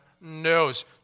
knows